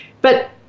But-